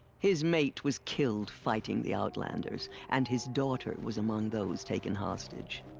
his mate was killed fighting the outlanders, and his daughter was among those taken hostage.